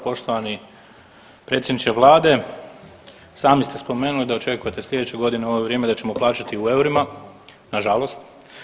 Poštovani predsjedniče vlade, sami ste spomenuli da očekujete slijedeće godine u ovo vrijeme da ćemo plaćati u eurima nažalost.